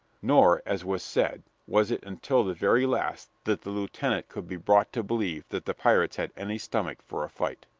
nor, as was said, was it until the very last that the lieutenant could be brought to believe that the pirates had any stomach for a fight.